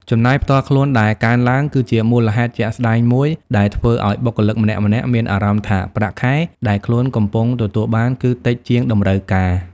ចំណាយផ្ទាល់ខ្លួនដែលកើនឡើង គឺជាមូលហេតុជាក់ស្តែងមួយដែលធ្វើឲ្យបុគ្គលម្នាក់ៗមានអារម្មណ៍ថាប្រាក់ខែដែលខ្លួនកំពុងទទួលបានគឺតិចជាងតម្រូវការ។